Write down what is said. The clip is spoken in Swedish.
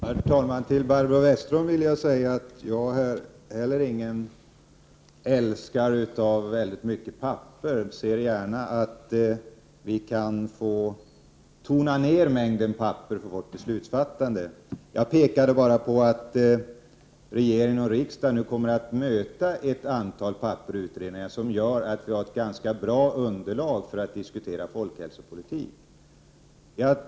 Herr talman! Till Barbro Westerholm vill jag säga att inte heller jag är någon älskare av mycket papper, utan jag ser gärna att mängden papper tunnas ut i beslutsfattandet. Jag pekade bara på att regering och riksdag nu kommer att möta ett antal papper och utredningar som gör att vi har ett ganska bra underlag för att diskutera folkhälsopolitik.